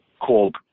called